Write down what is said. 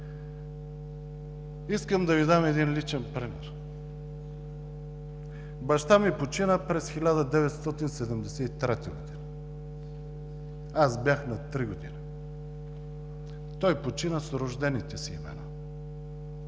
Искам да Ви дам един личен пример. Баща ми почина през 1973 г. – аз бях на три години. Той почина с рождените си имена.